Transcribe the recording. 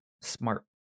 smart